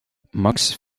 max